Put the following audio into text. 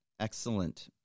Excellent